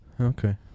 Okay